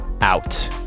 out